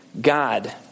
God